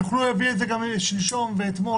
הם יכלו להביא את זה גם שלשום ואתמול,